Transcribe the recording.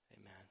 Amen